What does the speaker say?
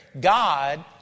God